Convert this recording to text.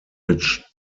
which